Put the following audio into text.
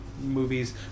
movies